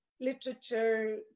literature